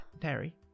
terry